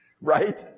right